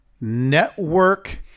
network